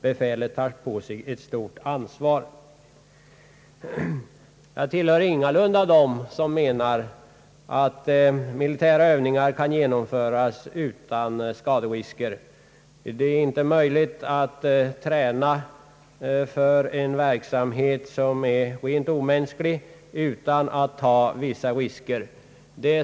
Befälet tar på sig ett stort ansvar.» Jag tillhör ingalunda dem som menar att militära övningar kan genomföras utan skaderisker — det är inte möjligt att träna för en verksamhet som är rent omänsklig utan att ta vissa risker.